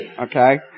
okay